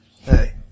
Hey